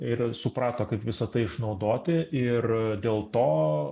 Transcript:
ir suprato kad visa tai išnaudoti ir dėl to